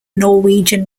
norwegian